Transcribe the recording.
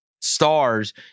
stars